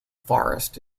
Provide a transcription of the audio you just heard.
forest